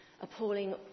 appalling